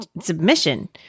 submission